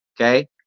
okay